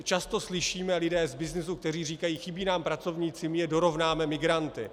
Často slyšíme lidi z byznysu, kteří říkají: chybí nám pracovníci, my je dorovnáme migranty.